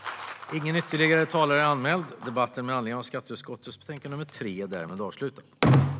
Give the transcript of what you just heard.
Mervärdesskatt vid omsättning som avser fartyg samt deklara-tionstidpunkt i vissa fall